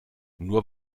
nur